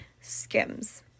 Skims